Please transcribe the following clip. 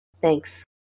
thanks